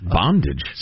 bondage